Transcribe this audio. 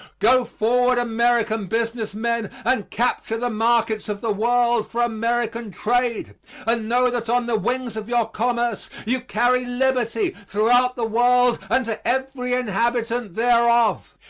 go forward, american business men, and capture the markets of the world for american trade and know that on the wings of your commerce you carry liberty throughout the world and to every inhabitant thereof.